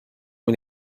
muy